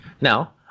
Now